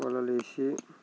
వలలు వేసి